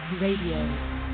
Radio